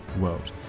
World